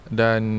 dan